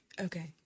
okay